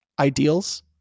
ideals